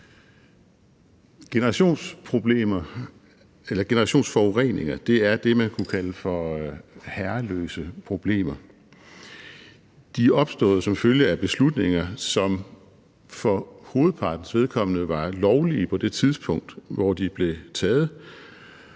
Generationsforureninger er det, man kunne kalde for herreløse problemer. De er opstået som følge af beslutninger, som for hovedpartens vedkommende var lovlige på det tidspunkt, hvor de blev taget,